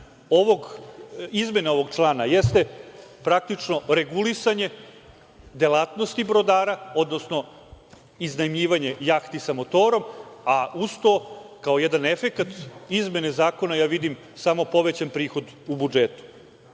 izmene ovog člana jeste praktično regulisanje delatnosti brodara, odnosno iznajmljivanje jahti sa motorom, a uz to kao jedan efekat izmene zakona, ja vidim samo povećan prihod u budžetu. Član